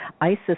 Isis